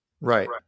Right